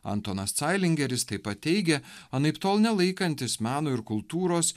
antonas cailingeris taip pat teigia anaiptol nelaikantis meno ir kultūros